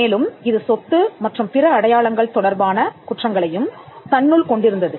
மேலும் இது சொத்து மற்றும் பிற அடையாளங்கள் தொடர்பான குற்றங்களையும் தன்னுள் கொண்டிருந்தது